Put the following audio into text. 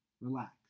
relax